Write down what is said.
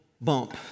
bump